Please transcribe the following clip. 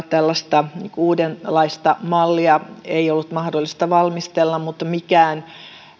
tällaista uudenlaista mallia ei ollut mahdollista valmistella mutta